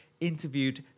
interviewed